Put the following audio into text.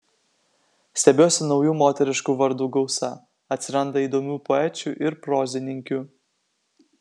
stebiuosi naujų moteriškų vardų gausa atsiranda įdomių poečių ir prozininkių